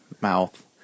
mouth